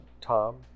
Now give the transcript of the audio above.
Tom